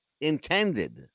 intended